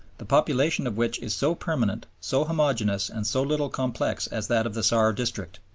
the population of which is so permanent, so homogeneous, and so little complex as that of the saar district.